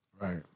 right